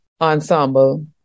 ensemble